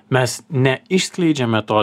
mes ne išskleidžiame to